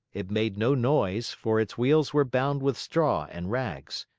it made no noise, for its wheels were bound with straw and rags.